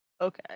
Okay